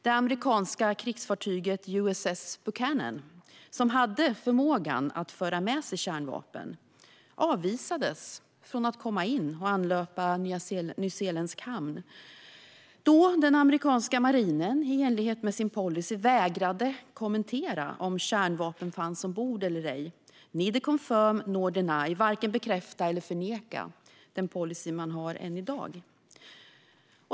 Det amerikanska krigsfartyget USS Buchanan, som hade förmågan att föra med sig kärnvapen, avvisades från att anlöpa nyzeeländsk hamn då den amerikanska marinen i enlighet med sin policy vägrade kommentera om kärnvapen fanns ombord eller ej. Neither confirm, nor deny - varken bekräfta eller förneka - är den policy man har än i dag.